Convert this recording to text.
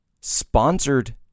sponsored